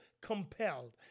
compelled